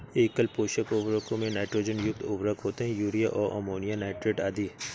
एकल पोषक उर्वरकों में नाइट्रोजन युक्त उर्वरक होते है, यूरिया और अमोनियम नाइट्रेट आदि